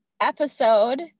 episode